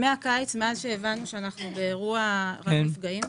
מהקיץ, מאז שהבנו שאנחנו באירוע רב נפגעים,